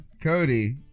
Cody